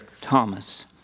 Thomas